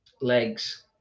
legs